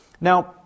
Now